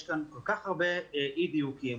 יש כאן כל-כך הרבה אי דיוקים.